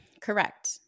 correct